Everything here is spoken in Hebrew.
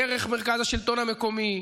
דרך מרכז השלטון המקומי,